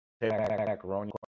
macaroni